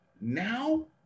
Now